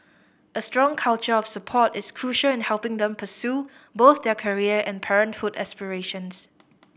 a strong culture of support is crucial in helping them pursue both their career and parenthood aspirations